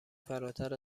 فراتر